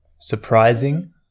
surprising